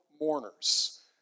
mourners